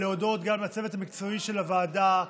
גם לצוות המקצועי של הוועדה,